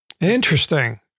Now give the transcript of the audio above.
Interesting